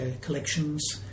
collections